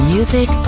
Music